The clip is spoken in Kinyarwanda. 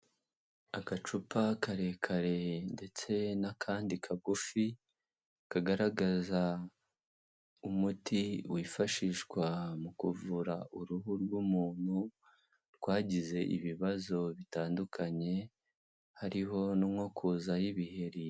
Agacupa karekare ndetse n'akandi kagufi kagaragaza umuti wifashishwa mu kuvura uruhu rw'umuntu rwagize ibibazo bitandukanye, hariho nko kuzaho ibiheri.